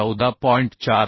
47 आहेत